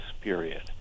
period